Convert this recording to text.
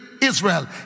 Israel